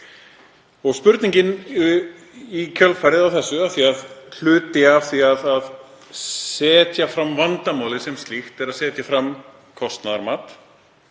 það vandamál. Í kjölfarið á þessu, af því að hluti af því að setja fram vandamálið sem slíkt er að setja fram kostnaðarmat